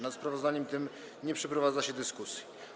Nad sprawozdaniem tym nie przeprowadza się dyskusji.